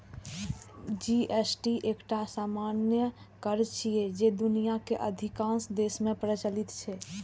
GST एकटा सामान्य कर छियै, जे दुनियाक अधिकांश देश मे प्रचलित छै